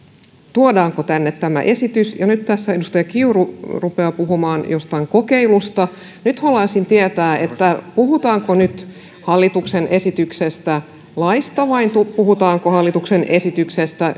tuodaanko tänne tämä esitys ja nyt tässä edustaja kiuru rupeaa puhumaan jostain kokeilusta haluaisin tietää puhutaanko nyt hallituksen esityksestä kos kien lakia vai puhutaanko hallituksen esityksestä